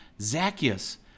Zacchaeus